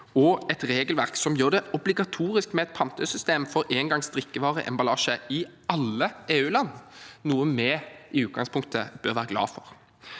og et regelverk som gjør det obligatorisk med et pantesystem for engangs drikkevareemballasje i alle EU-land, noe vi i utgangspunktet bør være glad for.